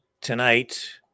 Tonight